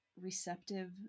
receptive